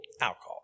alcohol